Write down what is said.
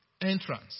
Entrance